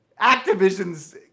Activision's